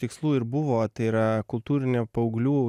tikslų ir buvo tai yra kultūrinė paauglių